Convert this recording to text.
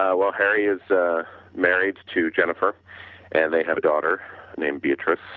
ah well harry is married to jennifer and they have a daughter named beatrice.